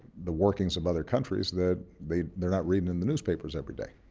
the workings of other countries that they they're not reading in the newspapers every day.